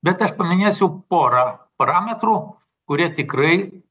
bet aš paminėsiu porą parametrų kurie tikrai